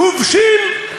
כובשים,